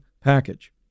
package